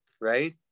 right